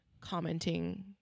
commenting